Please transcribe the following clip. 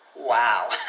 wow